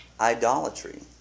idolatry